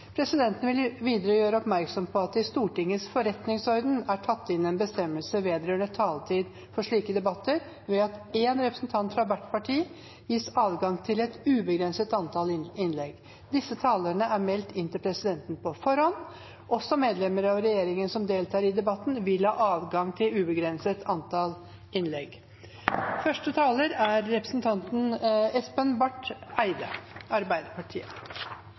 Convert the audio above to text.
Presidenten vil videre gjøre oppmerksom på at det i Stortingets forretningsorden er tatt inn en bestemmelse vedrørende taletid for slike debatter ved at en representant fra hvert parti gis adgang til et ubegrenset antall innlegg. Disse talerne er meldt inn til presidenten på forhånd. Også medlemmer av regjeringen som deltar i debatten, vil ha adgang til ubegrenset antall innlegg. Vi er